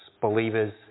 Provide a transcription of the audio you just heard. believers